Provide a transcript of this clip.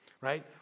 right